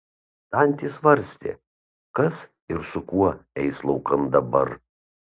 dantė svarstė kas ir su kuo eis laukan dabar